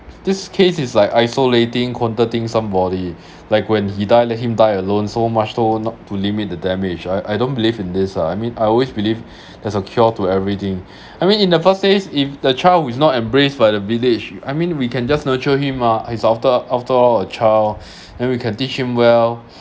this case is like isolating quarantine somebody like when he died let him die alone so much so not to limit the damage I I don't believe in this lah I mean I always believe there's a cure to everything I mean in the first says if the child who is not embraced by the village I mean we can just nurture him ah it's after after all a child then we can teach him well